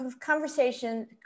conversation